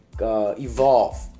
evolve